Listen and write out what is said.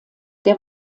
der